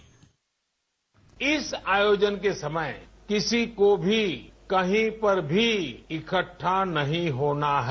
bite इस आयोजन के समय किसी को भी कहीं पर भी इकट्ठा नहीं होना है